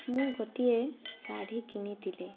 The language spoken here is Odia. ମୁଁ ଗୋଟିଏ ଶାଢ଼ୀ କିଣିଥିଲି